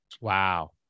Wow